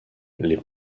les